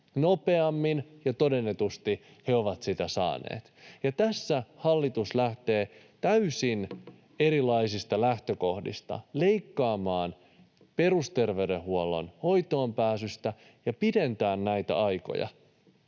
nopeammin, ja todennetusti he ovat sitä saaneet, niin tässä hallitus lähtee täysin erilaisista lähtökohdista leikkaamaan perusterveydenhuollon hoitoonpääsystä ja pidentämään näitä aikoja.